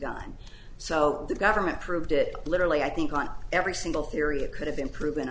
gun so the government proved it literally i think on every single theory that could have been proven